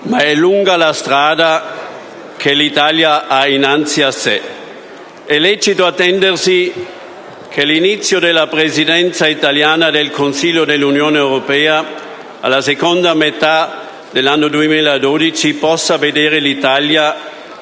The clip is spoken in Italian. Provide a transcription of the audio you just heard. ma di una lunga strada che l'Italia ha innanzi a sé. È lecito attendersi che l'inizio della Presidenza italiana del Consiglio dell'Unione europea, previsto per la seconda metà dell'anno 2014, possa vedere l'Italia